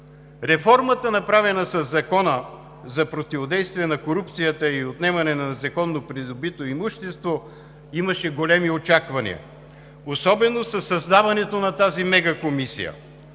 Реформата, направена със Закона за противодействие на корупцията и отнемане на незаконно придобито имущество, имаше големи очаквания, особено със създаването на тази мегакомисия.